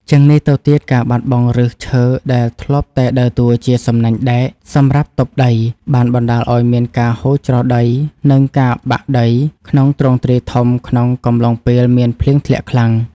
ជាងនេះទៅទៀត ការបាត់បង់ឫសឈើដែលធ្លាប់តែដើរតួជា សំណាញ់ដែក សម្រាប់ទប់ដី បានបណ្ដាលឱ្យមានការហូរច្រោះដី និងការបាក់ដីក្នុងទ្រង់ទ្រាយធំក្នុងកំឡុងពេលមានភ្លៀងធ្លាក់ខ្លាំង។